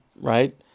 right